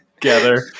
together